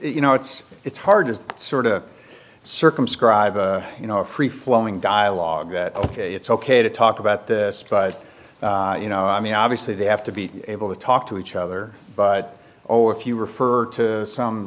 you know it's it's hard to sort of circumscribed you know a free flowing dialogue that ok it's ok to talk about this but you know i mean obviously they have to be able to talk to each other but oh if you refer to some